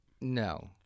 No